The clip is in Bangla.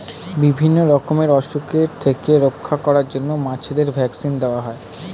বিভিন্ন রকমের অসুখের থেকে রক্ষা করার জন্য মাছেদের ভ্যাক্সিন দেওয়া হয়